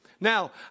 Now